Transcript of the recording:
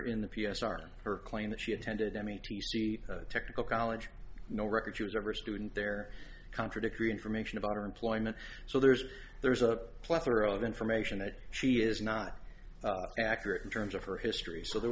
in the p s are her claim that she attended m e t c technical college no record she was ever a student there contradictory information about her employment so there's there's a plethora of information that she is not accurate in terms of her history so there